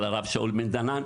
של הרב שאול בן דנן,